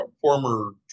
Former